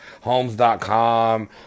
Homes.com